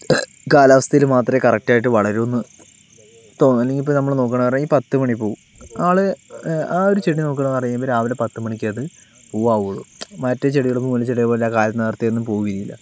കാലാവസ്ഥയിൽ മാത്രമേ കറക്റ്റ് ആയിട്ട് വളരുമെന്ന് തോന്നുന്നു അല്ലെങ്കിൽ ഇപ്പോൾ നമ്മൾ നോക്കുകയാണെന്ന് പറഞ്ഞാൽ ഈ പത്തുമണിപ്പൂവ് ആൾ ആ ഒരു ചെടി നോക്കുകയാണെന്ന് പറഞ്ഞു കഴിയുമ്പോൾ രാവിലെ പത്ത് മണിക്ക് അത് പൂവാവുകയുള്ളു മറ്റേ ചെടികളെ പോലെ കാലത്തെ നേരത്തെയൊന്നും പൂവിരിയില്ല